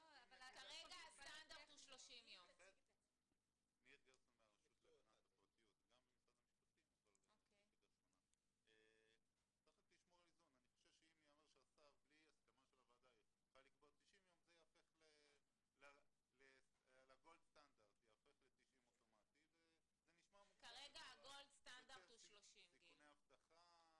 כרגע הגולד סטנדרט הוא 30. -- זה יוצר סיכוני אבטחה,